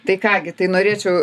tai ką gi tai norėčiau